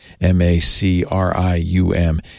M-A-C-R-I-U-M